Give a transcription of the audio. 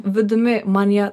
vidumi man jie